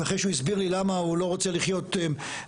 ואחרי שהוא הסביר לי למה הוא לא רוצה לחיות בארץ,